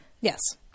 Yes